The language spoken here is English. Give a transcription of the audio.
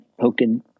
poking